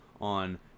on